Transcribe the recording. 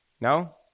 No